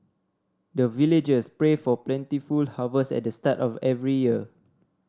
the villagers pray for plentiful harvest at the start of every year